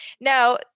Now